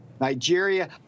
Nigeria